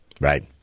Right